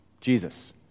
Jesus